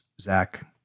Zach